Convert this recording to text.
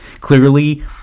Clearly